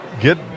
get